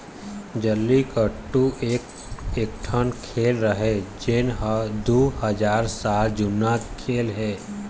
जल्लीकट्टू ए एकठन खेल हरय जेन ह दू हजार साल जुन्ना खेल हे